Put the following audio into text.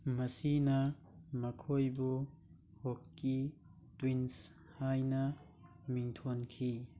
ꯃꯁꯤꯅ ꯃꯈꯣꯏꯕꯨ ꯍꯣꯛꯀꯤ ꯇ꯭ꯋꯤꯟꯁ ꯍꯥꯏꯅ ꯃꯤꯡꯊꯣꯟꯈꯤ